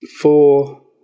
Four